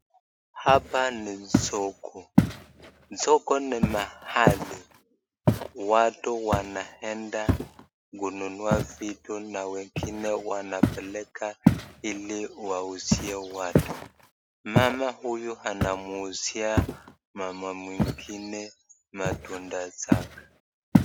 Hapa ni soko, soko ni mahali watu wanaenda kununua vitu na wengine wanapeleka ili wauzie watu. Mama huyu anamuuzia mama mwingine matunda zake.